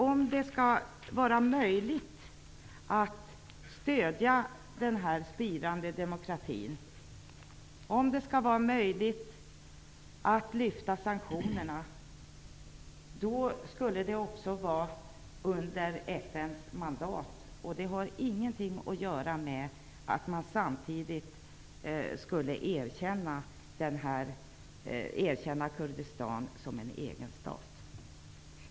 Om det skall vara möjligt att stödja den här spirande demokratin, om det skall vara möjligt att lyfta sanktionerna, är det under FN:s mandat det skall ske. Det har ingenting att göra med att man samtidigt skulle erkänna Kurdistan som en egen stat.